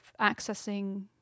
accessing